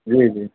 जी जी